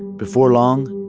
before long.